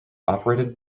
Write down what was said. operated